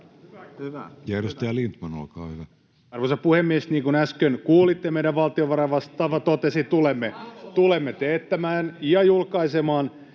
Arvoisa puhemies! Niin kuin äsken kuulitte, meidän valtiovarainvastaava totesi, tulemme teettämään ja julkaisemaan